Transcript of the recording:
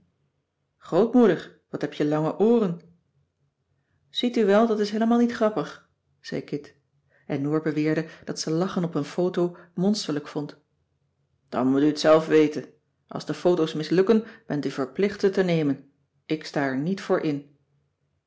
grootmoeder wat heb je lange ooren ziet u wel dat is heelemaal niet grappig zei kit en noor beweerde dat ze lachen op een foto monsterlijk vond cissy van marxveldt de h b s tijd van joop ter heul dan moet u t zelf weten als de photo's mislukken bent u verplicht ze te nemen ik sta er niet voor in